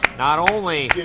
not only